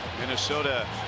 Minnesota